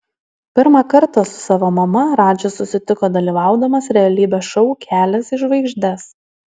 pirmą kartą su savo mama radžis susitiko dalyvaudamas realybės šou kelias į žvaigždes